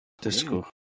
Disco